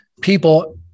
people